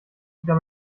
wieder